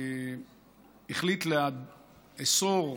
החליט לאסור,